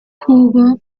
jugó